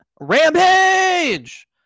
Rampage